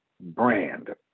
brand